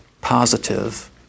positive